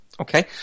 Okay